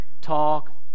talk